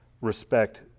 respect